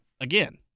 again